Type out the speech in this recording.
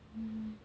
mm